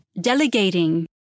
Delegating